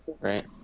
right